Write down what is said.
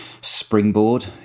springboard